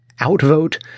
Outvote